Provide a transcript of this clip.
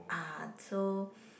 ah so